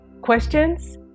Questions